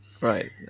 Right